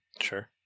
sure